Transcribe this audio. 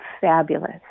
fabulous